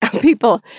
people